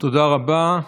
תודה רבה.